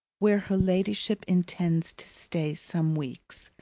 where her ladyship intends to stay some weeks,